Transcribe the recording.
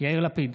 יאיר לפיד,